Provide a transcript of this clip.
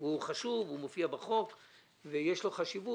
הוא חשוב, הוא מופיע בחוק ויש לו חשיבות.